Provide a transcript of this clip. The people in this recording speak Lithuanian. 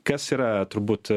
kas yra turbūt